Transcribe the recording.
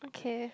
okay